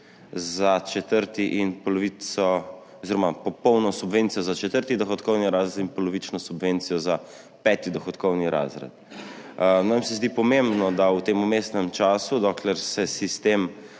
2027 dvignemo cenzus oziroma popolno subvencijo za četrti dohodkovni razred in polovično subvencijo za peti dohodkovni razred. Nam se zdi pomembno, da so v tem vmesnem času, dokler ni sistem